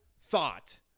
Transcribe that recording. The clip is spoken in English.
thought